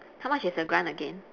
how much is the grant again